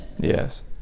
Yes